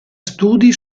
studi